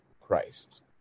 Christ